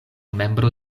membro